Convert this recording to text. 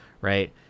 right